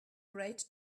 great